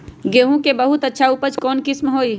गेंहू के बहुत अच्छा उपज कौन किस्म होई?